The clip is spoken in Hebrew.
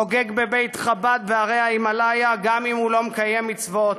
חוגג בבית חב"ד בהרי ההימליה גם אם הוא לא מקיים מצוות,